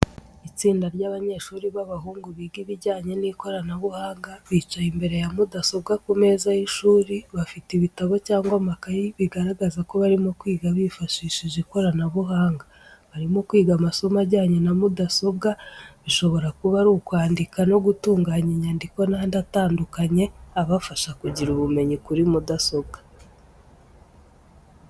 Itsinda ry’abanyeshuri b’abahungu biga ibijyanye n’ikoranabuhanga bicaye imbere ya mudasobwa ku meza y’ishuri, bafite ibitabo cyangwa amakayi bigaragaza ko barimo kwiga bifashishije ikoranabuhanga. Barimo kwiga amasomo ajyanye na mudasobwa, bishobora kuba ari kwandika no gutunganya inyandiko n'andi atandukanye abafasha kugira ubumenyi kuri mudasobwa.